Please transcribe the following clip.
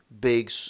big